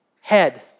head